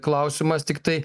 klausimas tiktai